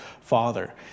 father